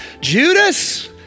Judas